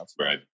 Right